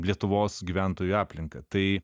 lietuvos gyventojų aplinką tai